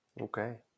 Okay